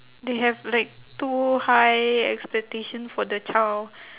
they have like too high expectation for the child